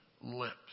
lips